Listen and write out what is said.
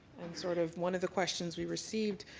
sort of one of the questions we received,